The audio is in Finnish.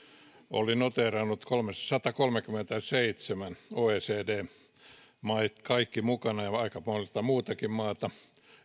oli noteerannut satakolmekymmentäseitsemän maata kaikki oecd maat mukana ja aika monta muutakin maata